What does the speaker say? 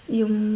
yung